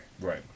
right